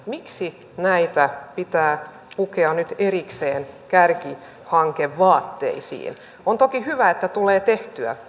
miksi näitä pitää pukea nyt erikseen kärkihankevaatteisiin on toki hyvä että tulee tehtyä